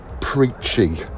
preachy